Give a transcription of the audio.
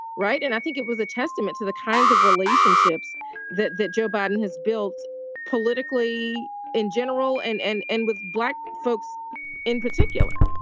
right. and i think it was a testament to the kinds of relationships that that joe biden has built politically in general and and and with black folks in particular